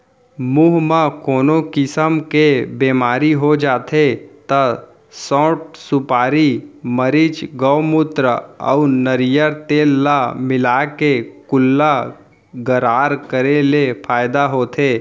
मुंह म कोनो किसम के बेमारी हो जाथे त सौंठ, सुपारी, मरीच, गउमूत्र अउ नरियर तेल ल मिलाके कुल्ला गरारा करे ले फायदा होथे